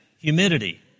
humidity